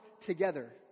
together